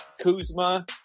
Kuzma